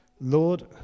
Lord